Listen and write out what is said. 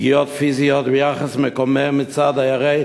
פגיעות פיזיות ויחס מקומם מצד דיירי